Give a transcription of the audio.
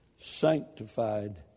sanctified